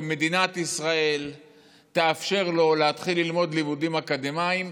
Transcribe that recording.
שמדינת ישראל תאפשר לו להתחיל ללמוד לימודים אקדמיים.